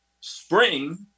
spring